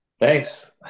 Thanks